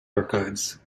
archives